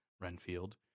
Renfield